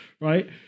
right